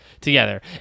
together